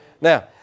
Now